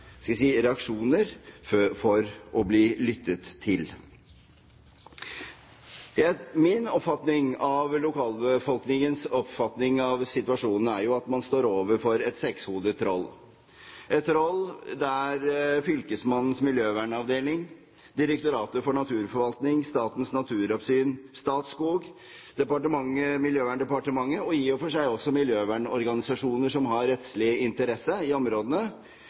skal jeg si – reaksjoner for å bli lyttet til? Min oppfatning av lokalbefolkningens oppfatning av situasjonen er at man står overfor et sekshodet troll, et troll der fylkesmannens miljøvernavdeling, Direktoratet for naturforvaltning, Statens naturoppsyn, Statskog, Miljøverndepartementet og i og for seg også miljøvernorganisasjoner som har rettslig interesse i områdene,